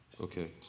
okay